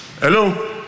Hello